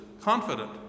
confident